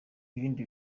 ibindi